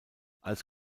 als